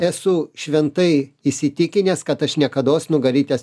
esu šventai įsitikinęs kad aš niekados nugarytės